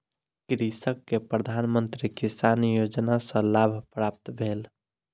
कृषक के प्रधान मंत्री किसान योजना सॅ लाभ प्राप्त भेल